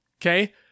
okay